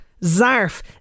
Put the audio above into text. Zarf